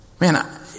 man